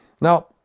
Now